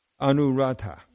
Anurata